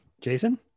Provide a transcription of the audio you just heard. jason